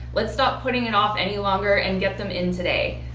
let's stop putting it off any longer and get them in today.